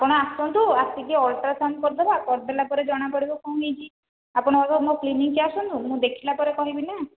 ଆପଣ ଆସନ୍ତୁ ଆସିକି ଅଲଟ୍ରାସାଉଣ୍ଡ କରିଦେବେ କରିଦେବା ପରେ ଜଣାପଡ଼ିବ କ'ଣ ହୋଇଛି ଆପଣ ମୋ କ୍ଲିନିକକୁ ଆସନ୍ତୁ ମୁଁ ଦେଖିଲା ପରେ କହିବିନା